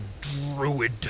druid